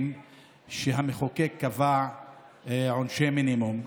שהמחוקק קבע בהם עונשי מינימום,